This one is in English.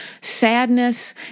sadness